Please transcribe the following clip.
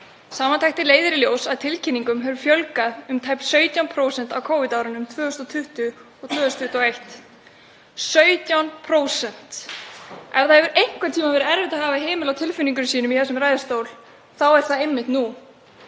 Samantektin leiðir í ljós að tilkynningum hefur fjölgað um tæp 17% á Covid-árunum 2020 og 2021 — 17%. Ef einhvern tímann hefur verið erfitt að hafa hemil á tilfinningum sínum í þessum ræðustól þá er það einmitt núna.